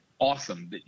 Awesome